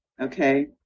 okay